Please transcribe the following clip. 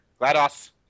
GLaDOS